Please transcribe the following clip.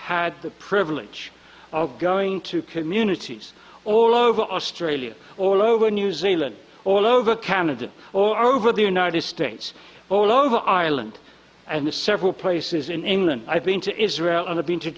had the privilege of going to communities all over australia all over new zealand all over canada or over the united states all over ireland and the several places in england i've been to israel and i've been to